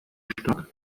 stark